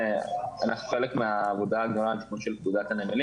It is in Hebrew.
אנחנו חלק מהעבודה הגדולה של פקודת הנמלים